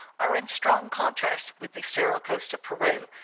are in strong contrast with the sterile coast of peru,